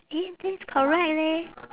eh then it's correct leh